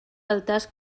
altars